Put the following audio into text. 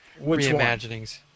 reimaginings